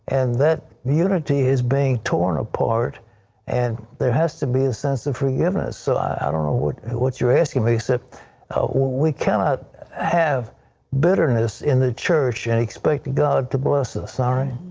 and that unity is being torn apart and there has to be a sense of forgiveness. so i don't know what what you are asking me except we cannot have bitterness in the church and expect god to bless us. ah and